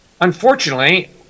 Unfortunately